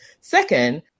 Second